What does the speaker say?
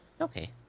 Okay